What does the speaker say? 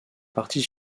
partie